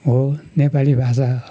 हो नेपाली भाषा